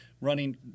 running